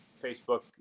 Facebook